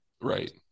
Right